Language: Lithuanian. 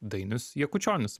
dainius jakučionis